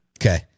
Okay